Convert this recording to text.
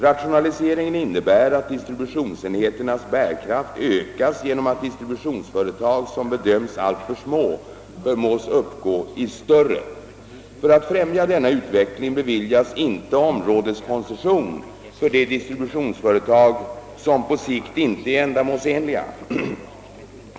Rationaliseringen innebär att distributionsenheternas bärkraft ökas genom att distributionsföretag, som bedöms alltför små, förmås uppgå i större. För att främja denna utveckling beviljas inte områdeskoncession för de distributionsföretag, som på sikt inte är ändamålsenliga.